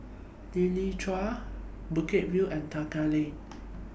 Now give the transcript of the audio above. Lichi Avenue Bukit View and Tekka Lane